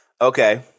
Okay